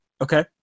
Okay